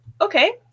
Okay